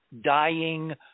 dying